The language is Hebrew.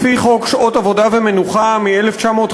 לפי חוק שעות עבודה ומנוחה מ-1951,